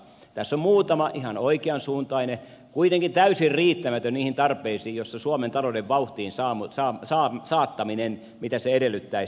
tässä on muutama ihan oikeansuuntainen askel kuitenkin täysin riittämätön niihin tarpeisiin nähden siihen nähden mitä suomen talouden vauhtiin samoin se saa sulattaminen mitä saattaminen edellyttäisi